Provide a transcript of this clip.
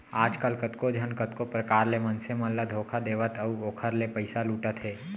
आजकल कतको झन कतको परकार ले मनसे मन ल धोखा देवत हे अउ ओखर ले पइसा लुटत हे